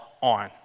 on